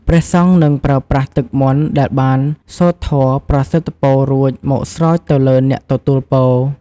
ព្រះសង្ឃនឹងប្រើប្រាស់ទឹកមន្តដែលបានសូត្រធម៌ប្រសិទ្ធពររួចមកស្រោចទៅលើអ្នកទទួលពរ។